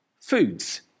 foods